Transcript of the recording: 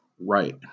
Right